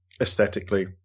aesthetically